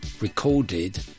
recorded